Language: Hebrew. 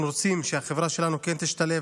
אנחנו רוצים שהחברה שלנו כן תשתלב.